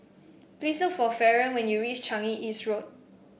please look for Faron when you reach Changi East Road